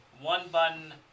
one-button